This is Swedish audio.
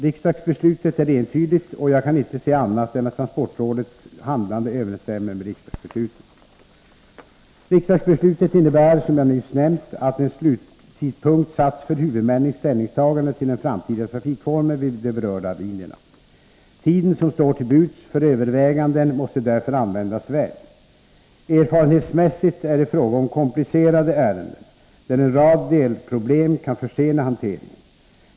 Riksdagsbeslutet är entydigt, och jag kan inte se annat än att transportrådets handlande överensstämmer med riksdagsbeslutet. Riksdagsbeslutet innebär som jag nyss nämnt att en slutlig tidpunkt satts för huvudmännens ställningstaganden till den framtida trafikformen vid de berörda linjerna. Tiden som står till buds för överväganden måste därför användas väl. Erfarenhetsmässigt är det fråga om komplicerade ärenden, där en rad delproblem kan försena hanteringen.